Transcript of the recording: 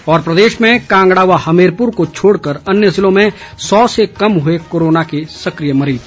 और प्रदेश में कांगड़ा व हमीरपुर को छोड़कर अन्य ज़िलों में सौ से कम हुए कोरोना के सक़िय मरीज़